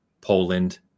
Poland